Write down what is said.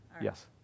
Yes